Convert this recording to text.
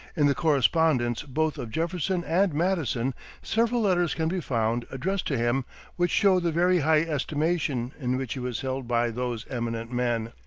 in the correspondence both of jefferson and madison several letters can be found addressed to him which show the very high estimation in which he was held by those eminent men.